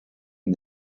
and